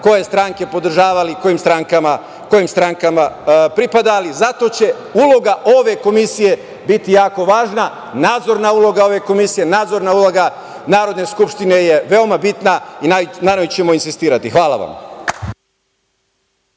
koje stranke podržavali, kojim strankama pripadali. Zato će uloga ove komisije biti jako važna. Nadzorna uloga ove komisije, nadzorna uloga Narodne skupštine je veoma bitna i naravno da ćemo insistirati. Hvala vam.